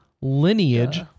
lineage